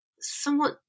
somewhat